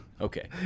Okay